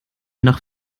nach